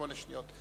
שמונה שניות.